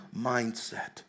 mindset